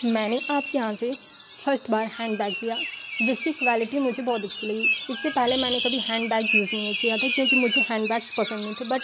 मैंने आपके यहाँ से फस्ट बार हैंडबैग लिया जिसकी क्वेलिटी मुझे बहुत अच्छी लगी इससे पहले मैंने कभी हैंडबैग यूज़ नहीं किया था क्योंकि मुझे हैंडबैग्स पसंद नहीं थे बट